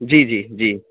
جی جی جی